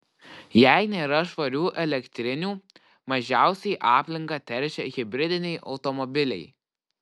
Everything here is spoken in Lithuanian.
jei nėra švarių elektrinių mažiausiai aplinką teršia hibridiniai automobiliai